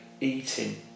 eating